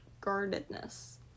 guardedness